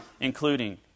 including